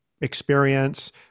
experience